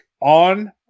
on